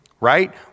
right